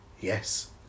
yes